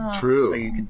True